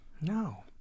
No